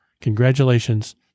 Congratulations